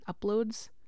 uploads